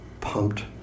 pumped